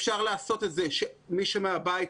אפשר לעשות את זה שמי שבבית,